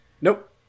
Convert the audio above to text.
Nope